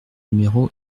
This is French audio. numéro